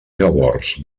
llavors